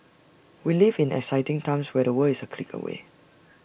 we live in exciting times where the world is A click away